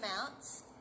amounts